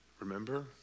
remember